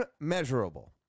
unmeasurable